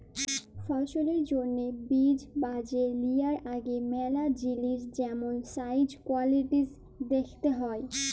ফসলের জ্যনহে বীজ বাছে লিয়ার আগে ম্যালা জিলিস যেমল সাইজ, কোয়ালিটিজ দ্যাখতে হ্যয়